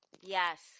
Yes